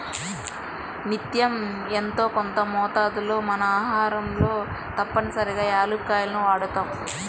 నిత్యం యెంతో కొంత మోతాదులో మన ఆహారంలో తప్పనిసరిగా యాలుక్కాయాలను వాడతాం